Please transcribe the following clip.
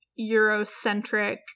Eurocentric